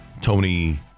Tony